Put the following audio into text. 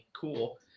cool